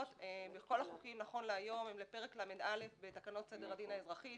בכל החוקים נכון להיום הם לפרק ל"א בתקנות סדר הדין האזרחי.